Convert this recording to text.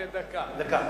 הנה דקה.